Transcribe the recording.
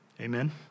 Amen